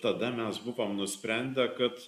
tada mes buvome nusprendę kad